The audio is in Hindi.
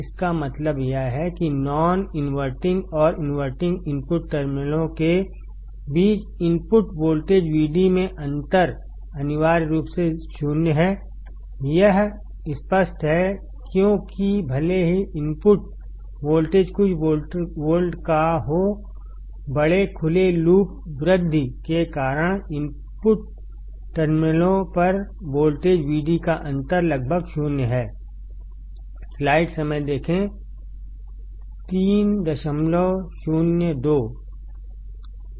इसका मतलब यह है कि नॉन इनवर्टिंग और इनवर्टिंग इनपुट टर्मिनलों के बीच इनपुट वोल्टेज Vd में अंतर अनिवार्य रूप से 0 है यह स्पष्ट है क्योंकि भले ही इनपुट वोल्टेज कुछ वोल्ट का हो बड़े खुले लूप वृद्धि के कारण इनपुट टर्मिनलों पर वोल्टेज Vd का अंतर लगभग 0 है